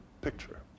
picture